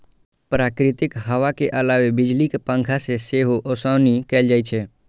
प्राकृतिक हवा के अलावे बिजली के पंखा से सेहो ओसौनी कैल जाइ छै